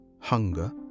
hunger